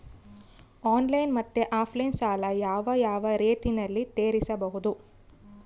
Online ಮತ್ತೆ offline ಸಾಲ ಯಾವ ಯಾವ ರೇತಿನಲ್ಲಿ ತೇರಿಸಬಹುದು?